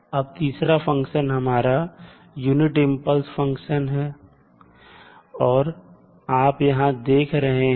अब तीसरा फंक्शन हमारा यूनिट इंपल्स फंक्शन है जो आप यहां देख रहे हैं